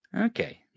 Okay